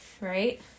Right